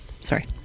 Sorry